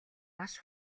маш